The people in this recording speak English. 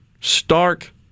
stark